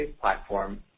platform